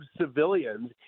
civilians